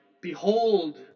Behold